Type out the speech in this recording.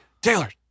Taylor